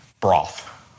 broth